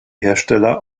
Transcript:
hersteller